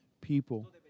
people